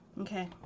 Okay